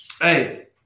hey